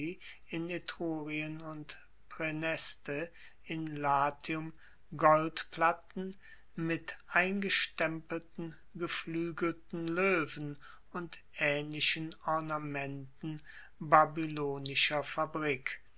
in etrurien und praeneste in latium goldplatten mit eingestempelten gefluegelten loewen und aehnlichen ornamenten babylonischer fabrik